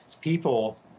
people